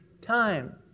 time